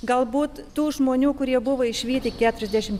galbūt tų žmonių kurie buvo išvyti keturiasdešim